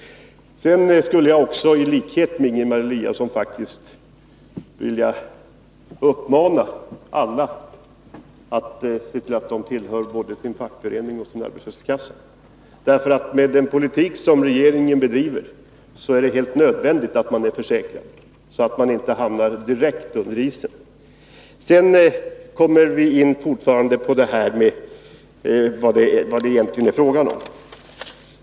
Sedan skulle jag också i likhet med Ingemar Eliasson vilja uppmana alla att se till att de tillhör både sin fackförening och sin arbetslöshetskassa. På grund av den politik som regeringen bedriver är det helt nödvändigt att man är försäkrad, så att man inte hamnar direkt under isen. Så kommer vi in på vad det egentligen är fråga om.